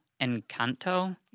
Encanto